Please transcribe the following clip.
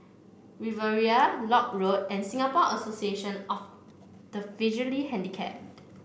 Riviera Lock Road and Singapore Association of the Visually Handicapped